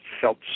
felt